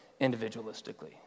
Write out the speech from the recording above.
individualistically